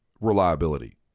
reliability